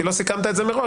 כי לא סיכמת את זה מראש,